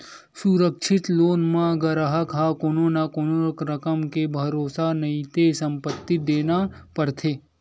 सुरक्छित लोन म गराहक ह कोनो न कोनो रकम के भरोसा नइते संपत्ति देना परथे